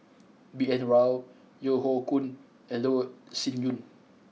B N Rao Yeo Hoe Koon and Loh Sin Yun